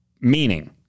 meaning